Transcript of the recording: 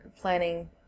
planning